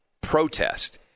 protest